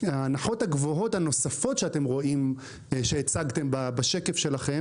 ההנחות הגבוהות הנוספות שהצגתם בשקף שלכם